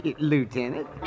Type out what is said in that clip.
Lieutenant